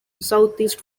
southeast